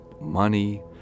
money